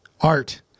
art